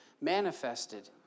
manifested